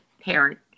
parent